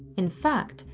in fact,